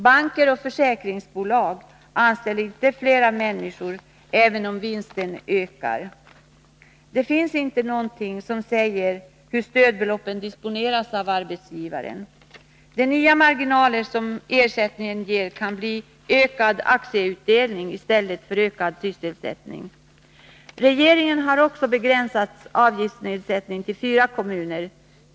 Banker och försäkringsbolag anställer inte fler människor även om vinsten ökar. Det finns inte någonting som säger hur stödbeloppen disponeras av arbetsgivaren. De nya marginaler som ersättningen ger kan bli ökad aktieutdelning i stället för ökad sysselsättning. Regeringen har också begränsat avgiftsnedsättningen till fyra kommuner.